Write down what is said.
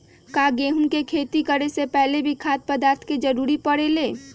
का गेहूं के खेती करे से पहले भी खाद्य पदार्थ के जरूरी परे ले?